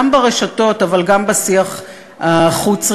גם ברשתות אבל גם בשיח החוץ-רשתי.